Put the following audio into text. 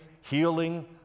healing